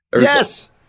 yes